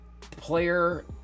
player